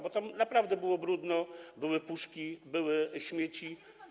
Bo tam naprawdę było brudno, były puszki i były śmieci.